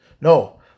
No